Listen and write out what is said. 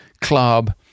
club